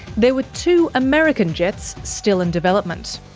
there were two american jets still in development.